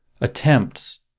attempts